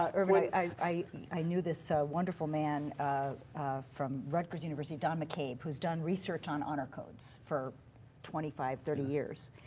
ah ervin, i i knew this so wonderful man from rutgers university, don mccabe, who's done research on honor codes for twenty five, thirty years.